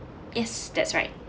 yes that's right